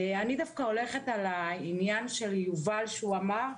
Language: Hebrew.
אני הולכת על מה שיובל אמר,